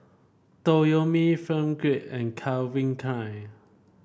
Toyomi Film Grade and Calvin Klein